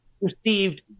received